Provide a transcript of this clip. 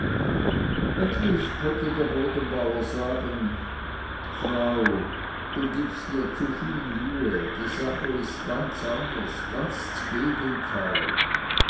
endlich konnte der bodenbauer sagen frau du gibst dir viel zu viel mühe die sache ist anders ganz ds gegenteil